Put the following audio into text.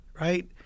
Right